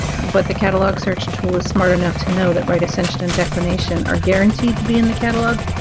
but the catalog search tool is smart enough to know that right ascension and declination are guaranteed to be in the catalog,